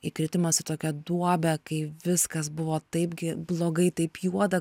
įkritimas į tokią duobę kai viskas buvo taipgi blogai taip juoda